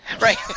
Right